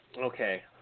Okay